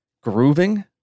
Grooving